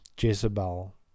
jezebel